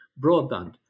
broadband